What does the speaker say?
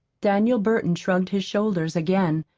daniel burton shrugged his shoulders again.